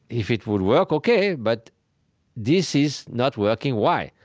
if it would work, ok, but this is not working. why?